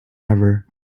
ever